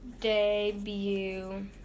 debut